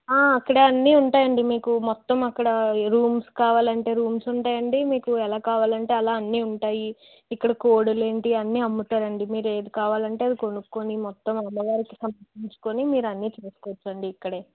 అక్కడ అన్నీ ఉంటాయండి మీకు మొత్తం అక్కడ ఏ రూమ్స్ కావాలంటే రూమ్స్ ఉంటాయండి మీకు ఎలా కావాలంటే అలా అన్నీ ఉంటాయి ఇక్కడ కొళ్ళు ఏంటి అన్నీ అమ్ముతారు అండి మీరు ఏది కావాలంటే అది కొనుక్కొని మొత్తం అమ్మవారికి అన్నీ సమర్పించుకొని మీరు అన్నీ చూసుకోవచ్చు అండి ఇక్కడ